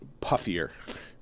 puffier